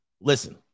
listen